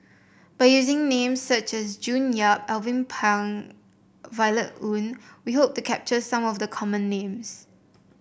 by using names such as June Yap Alvin Pang Violet Oon we hope to capture some of the common names